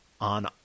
on